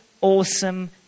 awesome